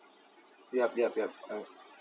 yup yup yup